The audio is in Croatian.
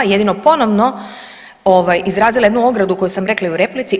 Jedino ponovno izrazila jednu ogradu koju sam rekla i u replici.